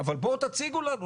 אבל בואו תציגו לנו,